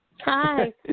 Hi